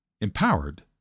empowered